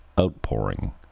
outpouring